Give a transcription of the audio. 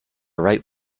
right